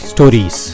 Stories